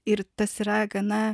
ir tas yra gana